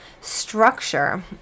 structure